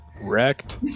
Wrecked